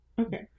Okay